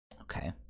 okay